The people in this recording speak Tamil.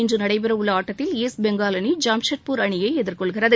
இன்று நடைபெற உள்ள ஆட்டத்தில் ஈஸ்ட் பெங்கால் அணி ஜாம்ஷெட்பூர் அணியை எதிர்கொள்கிறது